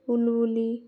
বুলবুলি